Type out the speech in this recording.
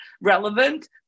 relevant